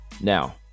Now